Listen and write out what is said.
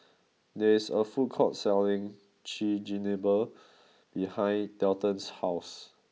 there is a food court selling Chigenabe behind Dalton's house